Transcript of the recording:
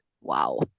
Wow